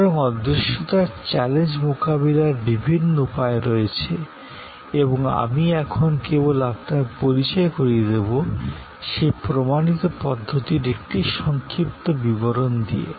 সুতরাং অদৃশ্যতার চ্যালেঞ্জ মোকাবিলার বিভিন্ন উপায় রয়েছে এবং আমি এখন কেবল আপনার পরিচয় করিয়ে দেব সেই প্রমাণিত পদ্ধতির একটি সংক্ষিপ্ত বিবরণ দিয়ে